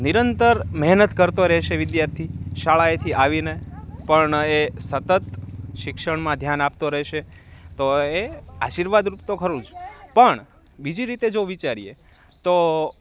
નિરંતર મહેનત કરતો રહે છે વિદ્યાર્થી શાળાએથી આવીને પણ એ સતત શિક્ષણમાં ધ્યાન આપતો રહેશે તો એ આશીર્વાદરૂપ તો ખરું જ પણ બીજી રીતે જો વિચારીએ તો